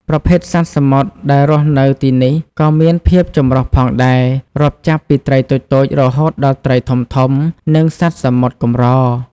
ប្រភេទសត្វសមុទ្រដែលរស់នៅទីនេះក៏មានភាពចម្រុះផងដែរ រាប់ចាប់ពីត្រីតូចៗ រហូតដល់ត្រីធំៗ និងសត្វសមុទ្រកម្រ។